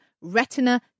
retina